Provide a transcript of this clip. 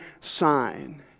sign